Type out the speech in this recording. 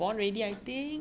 then they every